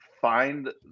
find